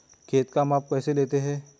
खेत का माप कैसे लेते हैं?